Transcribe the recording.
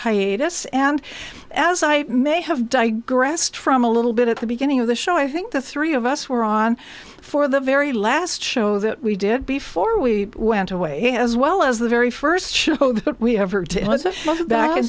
hiatus and as i may have died grassed from a little bit at the beginning of the show i think the three of us were on for the very last show that we did before we went away as well as the very first show that we